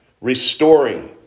restoring